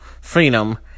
freedom